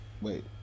wait